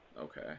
Okay